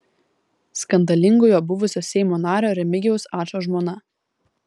skandalingojo buvusio seimo nario remigijaus ačo žmona